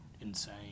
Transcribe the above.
insane